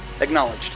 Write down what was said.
Acknowledged